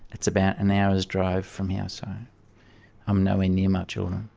it's about an hour's drive from here, so i'm nowhere near my children.